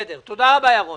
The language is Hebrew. תודה, ירון.